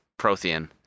Prothean